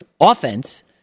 offense –